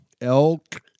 Elk